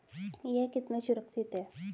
यह कितना सुरक्षित है?